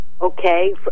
okay